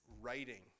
writing